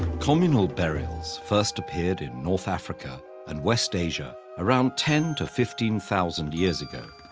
communal burials first appeared in north africa and west asia around ten to fifteen thousand years ago,